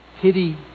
pity